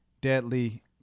deadly